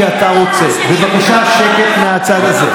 בבקשה שקט מהצד הזה.